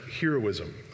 heroism